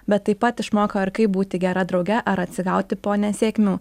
bet taip pat išmoko ir kaip būti gera drauge ar atsigauti po nesėkmių